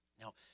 Now